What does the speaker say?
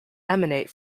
emanate